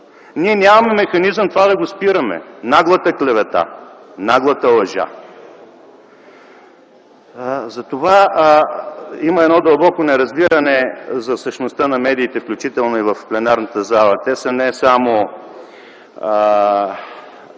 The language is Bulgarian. Ние нямаме механизъм да спираме това – наглата клевета, наглата лъжа. Затова има едно дълбоко неразбиране за същността на медиите, включително и в пленарната зала. Те са не само